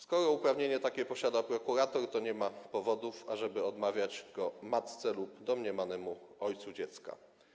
Skoro uprawnienie takie posiada prokurator, to nie ma powodów, ażeby odmawiać go matce lub domniemanemu ojcu dziecka.